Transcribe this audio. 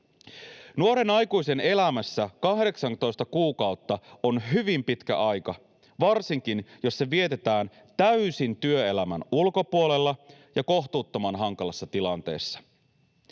Nuoren aikuisen elämässä 18 kuukautta on hyvin pitkä aika, varsinkin jos se vietetään täysin työelämän ulkopuolella ja kohtuuttoman hankalassa tilanteessa.